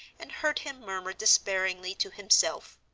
and heard him murmur despairingly to himself,